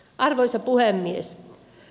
arvoisa puhemies